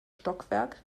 stockwerk